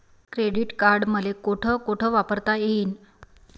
Credit card मले कोठ कोठ वापरता येईन?